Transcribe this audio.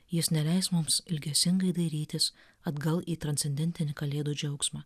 jis neleis mums ilgesingai dairytis atgal į transcendentinį kalėdų džiaugsmą